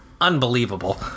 Unbelievable